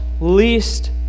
least